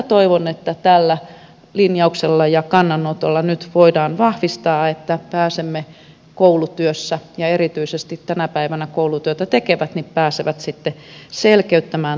toivon että tällä linjauksella ja kannanotolla nyt voidaan vahvistaa sitä että pääsemme koulutyössä ja erityisesti tänä päivänä koulutyötä tekevät pääsevät sitten selkeyttämään toimintaa